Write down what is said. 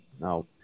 No